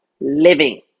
living